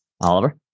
Oliver